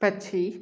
पक्षी